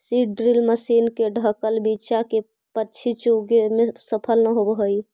seed drill machine से ढँकल बीचा के पक्षी चुगे में सफल न होवऽ हई